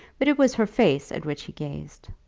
but it was her face at which he gazed.